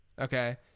Okay